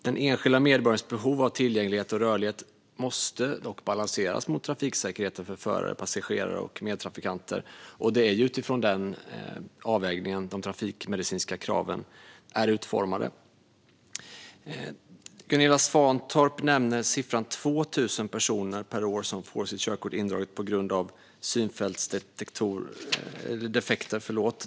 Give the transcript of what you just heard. Den enskilda medborgarens behov av tillgänglighet och rörlighet måste dock balanseras mot trafiksäkerheten för förare, passagerare och medtrafikanter, och det är utifrån den avvägningen som de trafikmedicinska kraven är utformade. Gunilla Svantorp nämner siffran 2 000 personer per år som får sitt körkort indraget på grund av synfältsdefekter.